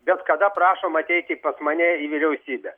bet kada prašom ateiti pas mane į vyriausybę